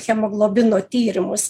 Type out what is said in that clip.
hemoglobino tyrimus